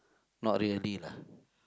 not really lah